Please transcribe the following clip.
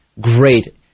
great